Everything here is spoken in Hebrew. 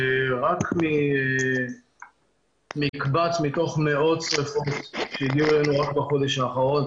רק מקבץ מתוך מאות שריפות שהגיעו אלינו רק בחודש האחרון,